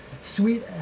sweet